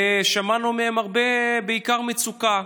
ושמענו מהם הרבה, בעיקר מצוקה.